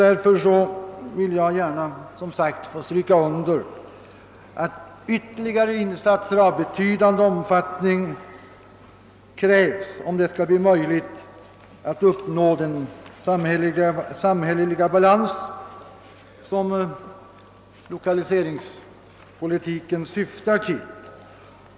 Därför understryker jag än en gång att ytterligare insatser av betydande omfattning krävs, om det skall bli möjligt att uppnå den samhälleliga balans som lokaliseringspolitiken syftar till.